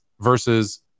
versus